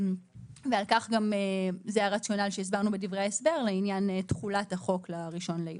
זה הרציונל שהסברנו בדברי ההסבר לעניין תחולת החוק ל-1 ביולי.